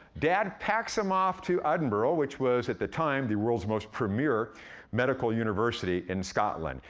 dad packs him off to edinburgh, which was, at the time, the world's most premiere medical university in scotland.